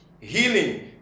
healing